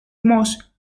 most